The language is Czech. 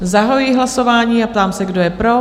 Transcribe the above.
Zahajuji hlasování a ptám se, kdo je pro?